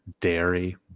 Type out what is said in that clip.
dairy